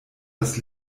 das